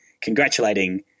congratulating